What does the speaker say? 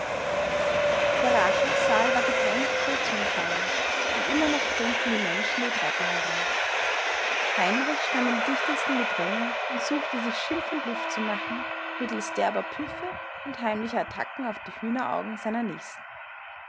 der rathaussaal war gedrängt voll zuschauer und immer noch strömten die menschen die treppe herauf heinrich stand im dichtesten gedränge und suchte sich schimpfend luft zu machen mittels derber püffe und heimlicher attacken auf die hühneraugen seiner nächsten